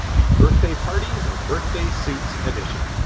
the birthday parties and birthday suits edition.